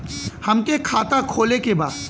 हमके खाता खोले के बा?